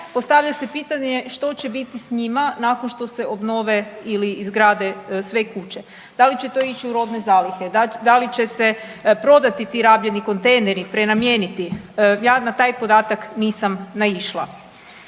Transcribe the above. postavlja se pitanje što će biti sa njima nakon što se obnove ili izgrade sve kuće, da li će to ići u robne zalihe, da li će se prodati ti rabljeni kontejneri, prenamijeniti ja na taj podatak nisam naišla.